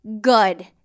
good